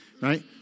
right